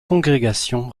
congrégations